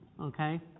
okay